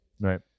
Right